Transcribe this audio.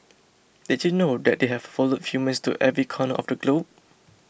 did you know that they have followed humans to every corner of the globe